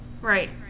right